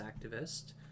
activist